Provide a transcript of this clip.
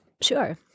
Sure